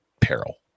peril